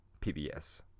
PBS